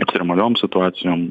ekstremaliom situacijom